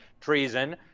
treason